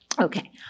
Okay